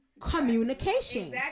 Communication